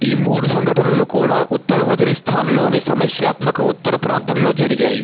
ఈ మూడు సంఘటనలు కూడా ఉత్తర వజీరిస్థాన్లోని సమస్యాత్మక ఉత్తర ప్రాంతంలో జరిగాయి